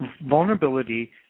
vulnerability